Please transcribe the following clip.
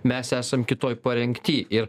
mes esam kitoj parengty ir